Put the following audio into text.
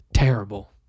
Terrible